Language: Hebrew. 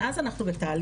מאז אנחנו בתהליכים,